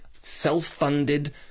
self-funded